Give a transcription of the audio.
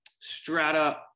strata